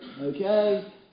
okay